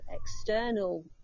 external